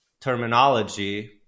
terminology